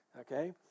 okay